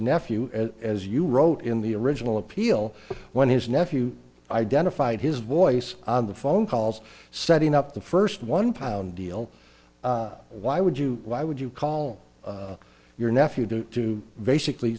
nephew as you wrote in the original appeal when his nephew identified his voice on the phone calls setting up the first one pound deal why would you why would you call your nephew do to basically